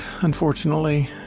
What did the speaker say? unfortunately